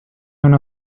una